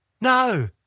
No